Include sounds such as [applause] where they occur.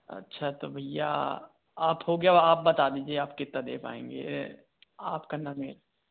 अच्छा तो भैया आप हो गया आप बता दीजिए आप कितना दे पाएंगे ये आप [unintelligible]